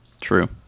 true